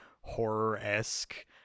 horror-esque